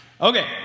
Okay